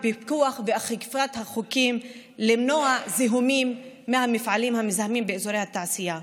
פיקוח ואכיפת החוקים למנוע זיהומים מהמפעלים המזהמים באזורי התעשייה.